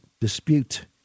dispute